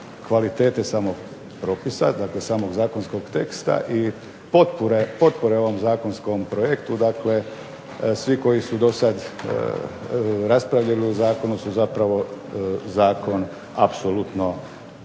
kvalitete samog propisa, dakle samog Zakonskog teksta i potpore ovom zakonskom projektu. Dakle, svi koji su do sada raspravljali o Zakonu su Zakon apsolutno